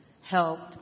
helped